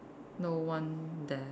no one there